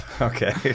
Okay